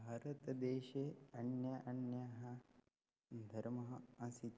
भारतदेशे अन्यः अन्यः धर्मः आसीत्